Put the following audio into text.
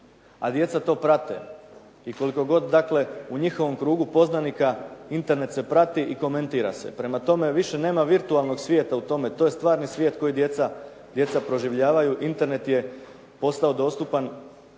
a djeca to prate. I koliko god dakle, u njihovom krugu poznanika Internet se prati i komentira se. Prema tome, više nema virtualnog svijeta u tome, to je stvarni svijet kojeg djeca proživljavaju, Internet je postao dostupan